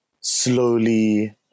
slowly